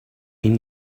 این